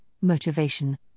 motivation